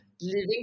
living